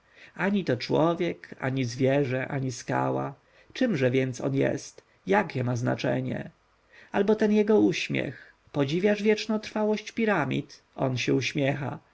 ani to człowiek ani zwierzę ani skała więc czemże on jest jakie ma znaczenie albo ten jego uśmiech podziwiasz wiecznotrwałość piramid on się uśmiecha